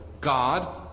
God